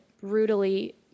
brutally